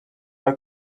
are